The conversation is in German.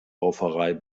rauferei